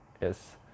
Yes